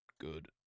good